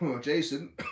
Jason